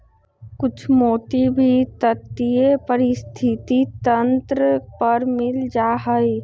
कुछ मोती भी तटीय पारिस्थितिक तंत्र पर मिल जा हई